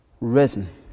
risen